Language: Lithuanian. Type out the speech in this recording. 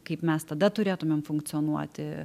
kaip mes tada turėtumėm funkcionuoti